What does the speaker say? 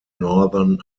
northern